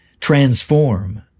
transform